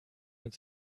mit